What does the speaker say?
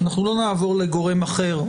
אנחנו לא נעבור לגורם אחר,